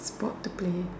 sport to play